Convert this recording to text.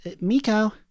Miko